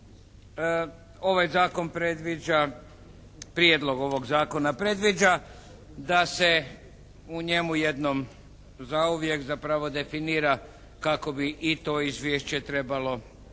ovaj Zakon predviđa, Prijedlog ovog Zakona predviđa da se u njemu jednom zauvijek zapravo definira kako bi i to izvješće trebalo izgledati.